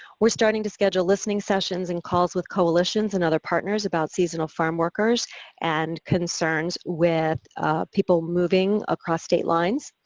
we're starting to schedule listening sessions and calls with coalitions and other partners about seasonal farm workers and concerns with people moving across state lines,